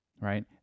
right